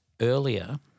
earlier